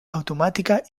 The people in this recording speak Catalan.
automàtica